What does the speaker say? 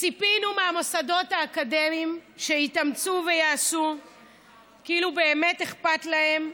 ציפינו מהמוסדות האקדמיים שיתאמצו ויעשו כאילו באמת אכפת להם,